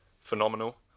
phenomenal